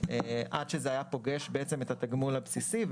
עד שזה היה פוגש את התגמול הבסיסי,